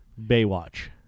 Baywatch